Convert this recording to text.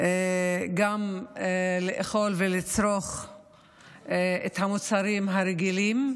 גם לאכול ולצרוך את המוצרים הרגילים,